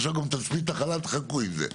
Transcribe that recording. ועכשיו גם את החלל תחכו עם זה".